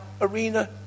arena